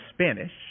Spanish